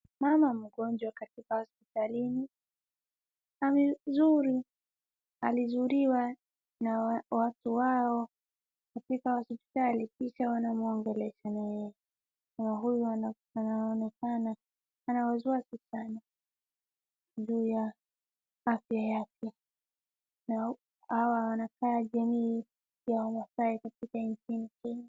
Mama mgonjwa katika hospitalini alizuiliwa na watu wao katika hospitali, kisha wanamwongelesha na yeye, mama huyu anaonekana anawazua hospitali juu ya afya yake. Hawa wanakaa jamii ya wamaasai katika nchini Kenya.